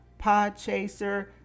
Podchaser